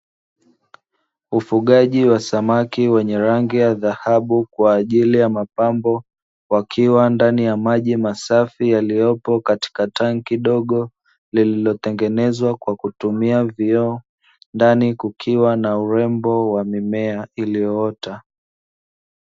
Ufugaji wa samaki wenye rangi ya dhahabu kwa ajili ya mapambo, wakiwa ndani ya maji masafi yaliyopo katika tanki dogo lililotengenezwa kwa kutumia vioo. Ndani kukiwa na urembo wa mimea iliyoota.